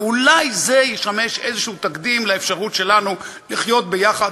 ואולי זה ישמש איזשהו תקדים לאפשרות שלנו לחיות ביחד,